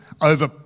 over